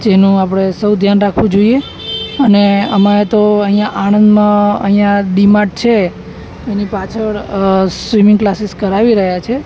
જેનો આપણે સૌ ધ્યાન રાખવું જોઈએ અને અમે અહીંયાં આણંદમાં અહીંયાં ડી માર્ટ છે એની પાછળ સ્વિમિંગ ક્લાસીસ કરાવી રહ્યા છે